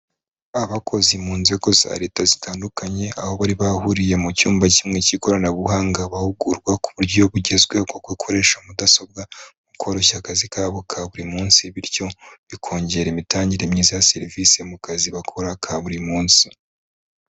Abakozi mu nzego za leta zitandukanye aho bari bahuriye mu cyumba kimwe cy'ikoranabuhanga bahugurwa ku buryo bugezweho bwo gukoresha mudasobwa mu koroshya akazi kabo ka buri munsi bityo bikongera imitangire myiza ya serivisi mu kazi bakora ka buri munsi.